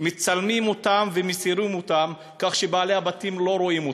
מצלמים אותם ומסירים אותם כך שבעלי הבתים לא רואים אותם,